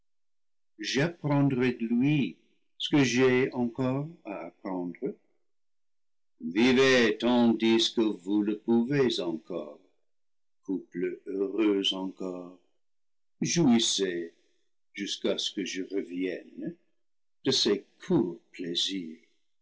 j'ap prendrai de lui ce que j'ai encore à apprendre vivez tandis que vous le pouvez encore couple heureux encore jouissez jusqu'à ce que je revienne de ces courts plaisirs